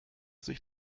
sich